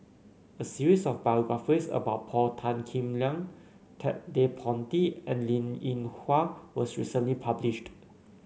a series of biographies about Paul Tan Kim Liang Ted De Ponti and Linn In Hua was recently published